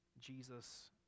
Jesus